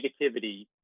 negativity